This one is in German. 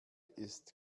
ist